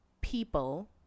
people